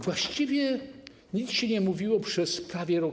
Właściwie nic się nie mówiło przez prawie rok.